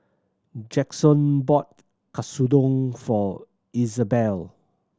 Jaxon bought Katsudon for Izabelle